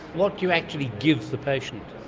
what do you actually give the patient?